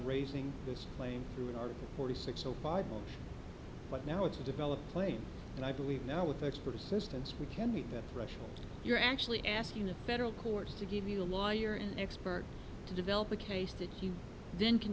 raising this claim through an article forty six zero five but now it's a developed play and i believe now with expert assistance we can meet that threshold you're actually asking the federal courts to give you a lawyer an expert to develop a case to you then can